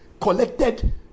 collected